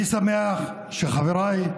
אני שמח שחבריי,